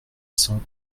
cent